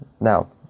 now